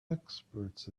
experts